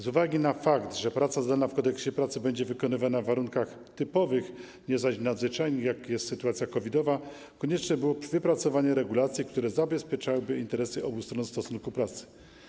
Z uwagi na fakt, że praca zdalna przewidziana w Kodeksie pracy będzie wykonywana w warunkach typowych, nie zaś nadzwyczajnych, jakimi jest sytuacja COVID-owa, konieczne było wypracowanie regulacji, które zabezpieczałyby interesy obu stron stosunku pracy.